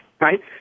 right